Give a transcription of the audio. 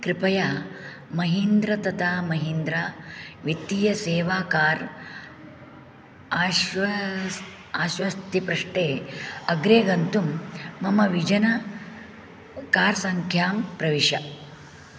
कृपया महीन्द्र तथा महीन्द्रा वित्तीयसेवा कार् आश्वस् आश्वस्तिपृष्टे अग्रे गन्तुं मम विजन कार् सङ्ख्यां प्रविश